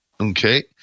okay